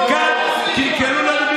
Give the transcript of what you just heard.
כי כאן קלקלו לנו,